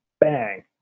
bang